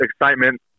excitement